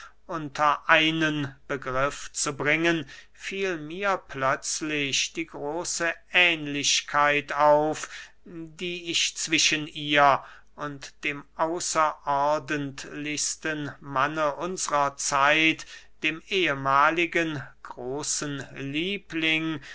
unter einen begriff zu bringen fiel mir plötzlich die große ähnlichkeit auf die ich zwischen ihr und dem außerordentlichsten manne unsrer zeit dem ehmahligen großen liebling